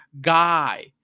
guy